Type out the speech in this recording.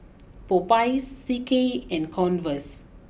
Popeyes C K and Converse